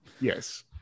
yes